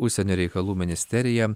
užsienio reikalų ministerija